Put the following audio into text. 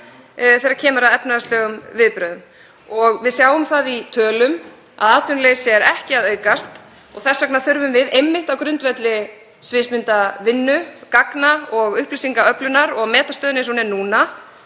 þegar kemur að efnahagslegum viðbrögðum. Við sjáum það í tölum að atvinnuleysi er ekki að aukast og þess vegna þurfum við einmitt á grundvelli sviðsmyndavinnu, gagna og upplýsingaöflunar að meta stöðuna eins og hún er núna